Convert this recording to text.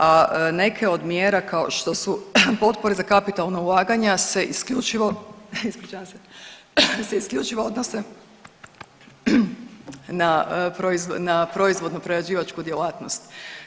A neke od mjera kao što su potpore za kapitalna ulaganja se isključivo, ispričavam se, se isključivo odnose na proizvodno prerađivačku djelatnost.